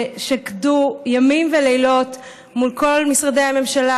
ששקדו ימים ולילות מול כל משרדי הממשלה